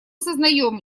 сознаем